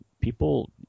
people